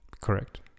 Correct